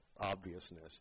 obviousness